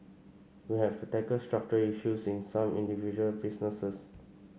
we have to tackle structural issues in some individual businesses